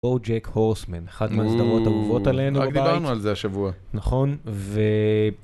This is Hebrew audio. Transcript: אורג'ק הורסמן אחד מהסדרות האהובות עלינו בבית, רק דיברנו על זה השבוע, נכון.